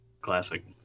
Classic